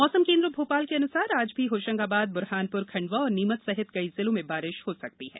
मौसम केंद्र भोपाल के अन्सार आज भी होशंगाबाद ब्रहानप्र खंडवा और नीमच सहित कई जिलों में बारिश हो सकती है